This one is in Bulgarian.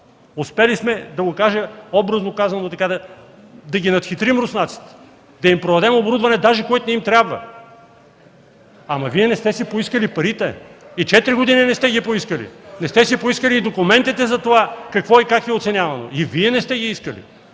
успели сме, да го кажа образно, да надхитрим руснаците, да им продадем оборудване, което даже не им трябва. Ама Вие не сте си поискали парите. И четири години не сте ги поискали. Не сте си поискали и документите за това какво и как е оценявано. И Вие не сте ги искали.